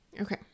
Okay